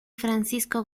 francisco